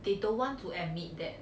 they don't want to admit that